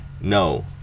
no